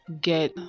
get